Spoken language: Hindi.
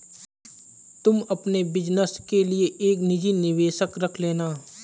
तुम अपने बिज़नस के लिए एक निजी निवेशक रख लेना